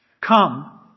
Come